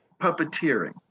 puppeteering